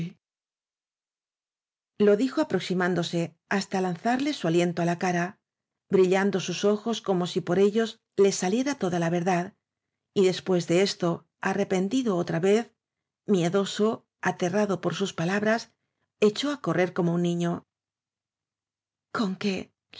lo dijo aproximándose hasta lanzarle su aliento á la cara brillando sus ojos como si por ellos le saliera toda la verdad y después de esto arrepentido otra vez miedoso aterra do por sus palabras echó á correr como un niño conque